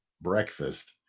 breakfast